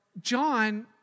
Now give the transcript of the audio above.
John